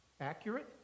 accurate